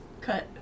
cut